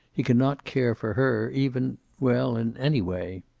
he can not care for her, even, well, in any way.